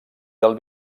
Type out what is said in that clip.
del